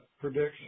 prediction